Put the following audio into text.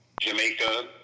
Jamaica